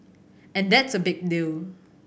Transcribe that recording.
and that's a big deal